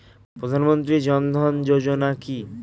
প্রধানমন্ত্রী জনধন যোজনা কি?